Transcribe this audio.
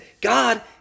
god